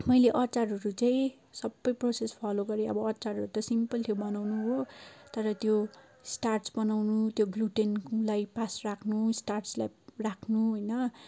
मैले अचारहरू चाहिँ सबै प्रोसेस फलो गरेँ अब अचारहरू त सिम्पल थियो बनाउनु हो तर त्यो स्टार्च बनाउनु त्यो ग्लुटेनलाई पास राख्नु स्टेज स्टार्चलाई राख्नु होइन